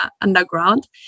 underground